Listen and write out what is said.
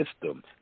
system